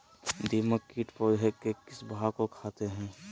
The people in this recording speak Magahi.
दीमक किट पौधे के किस भाग को खाते हैं?